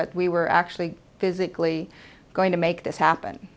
but we were actually physically going to make this happen